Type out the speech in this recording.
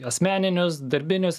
asmeninius darbinius